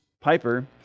Piper